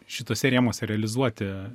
šituose rėmuose realizuoti